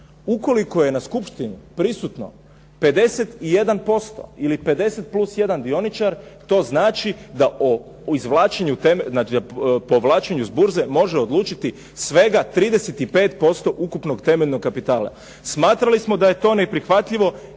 Ukoliko je na skupštini prisutno 51% ili 50 plus 1 dioničar to znači da o povlačenju s burze može odlučiti svega 35% ukupnog temeljnog kapitala. Smatrali smo da je to neprihvatljivo,